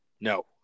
No